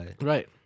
Right